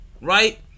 right